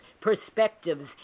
perspectives